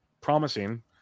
promising